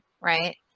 right